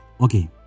Okay